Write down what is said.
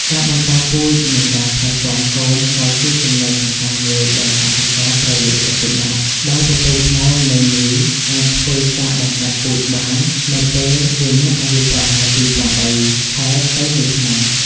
ការបន្តពូជនិងការថែទាំកូនក៏ជាចំណុចសំខាន់មួយដែលកសិករត្រូវយកចិត្តទុកដាក់ ដោយពពែឈ្មោលនិងញីអាចធ្វើការបង្កាត់ពូជបាននៅពេលវាមានអាយុប្រហែលពី ៨ ខែទៅ ១ ឆ្នាំ។